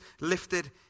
lifted